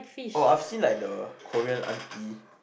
oh I've seen like the Korean auntie